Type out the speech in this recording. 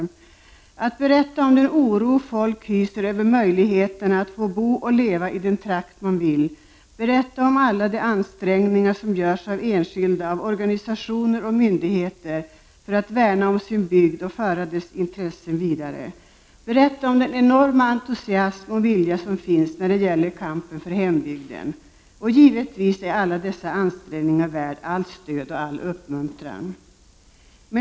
Jag skulle kunna berätta om den oro folk hyser över möjligheterna att få bo och leva i den trakt man vill, om alla de ansträngningar som görs av enskilda, av organisationer och myndigheter för att värna om den egna bygden och föra dess intressen vidare, om den enorma entusiasm och vilja som finns när det gäller kampen för hembygden. Alla dessa ansträngningar är givetvis värda allt stöd och all uppmuntran.